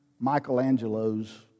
Michelangelo's